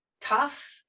tough